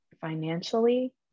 financially